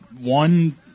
One